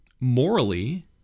morally